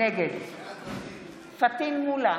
נגד פטין מולא,